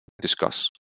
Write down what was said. discuss